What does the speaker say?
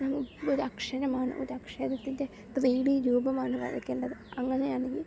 ഒരു അക്ഷരമാണ് ഒരു അക്ഷരത്തിൻ്റെ ത്രീഡി രൂപമാണ് വരയ്ക്കേണ്ടത് അങ്ങനെയാണെങ്കിൽ